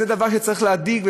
זה דבר שצריך להדאיג,